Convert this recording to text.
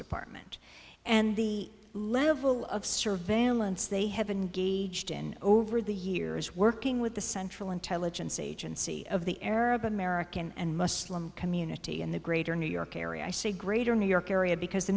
department and the level of surveillance they have been gauged in over the years working with the central intelligence agency of the arab american and must community in the greater new york area i say greater new york area because the